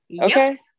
Okay